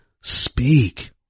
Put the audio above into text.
Speak